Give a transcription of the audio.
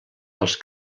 dels